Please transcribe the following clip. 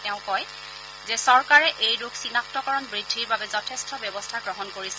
তেওঁ কয় চৰকাৰে এই ৰোগ চিনাক্তকৰণ বৃদ্ধিৰ বাবে যথেষ্ট ব্যৱস্থা গ্ৰহণ কৰিছে